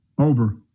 over